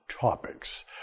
topics